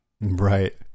Right